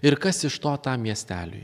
ir kas iš to tam miesteliui